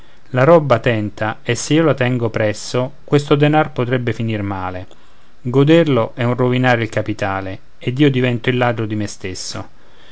la roba tenta e se io la tengo presso questo denar potrebbe finir male goderlo è un rovinare il capitale ed io divento il ladro di me stesso